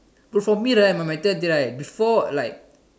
but for me right my my third right before like